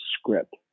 script